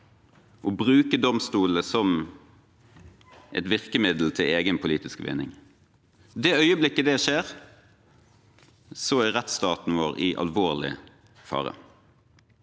og bruke domstolene som et virkemiddel til egen politisk vinning. I det øyeblikket det skjer, er rettsstaten vår i alvorlig fare.